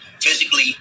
physically